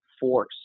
force